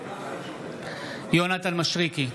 יונתן מישרקי,